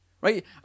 Right